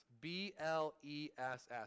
B-L-E-S-S